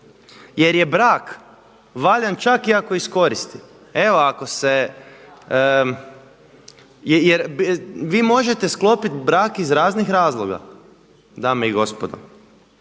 jer je brak valjan čak i ako je iz koristi. Evo ako se, vi možete sklopiti brak iz raznih razloga dame i gospodo.